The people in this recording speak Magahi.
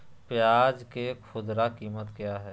प्याज के खुदरा कीमत क्या है?